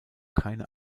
keine